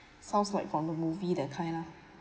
sounds like from the movie that kind lah